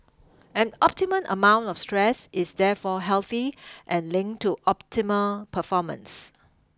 an optimum amount of stress is therefore healthy and link to optimal performance